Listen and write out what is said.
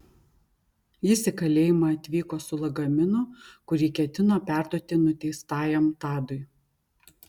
jis į kalėjimą atvyko su lagaminu kuri ketino perduoti nuteistajam tadui